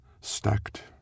stacked